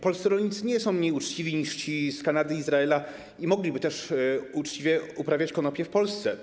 Polscy rolnicy nie są mniej uczciwi niż ci z Kanady, z Izraela i mogliby też uczciwie uprawiać konopie w Polsce.